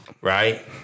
right